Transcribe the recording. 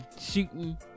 shooting